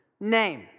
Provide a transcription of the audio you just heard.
name